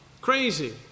Crazy